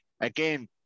Again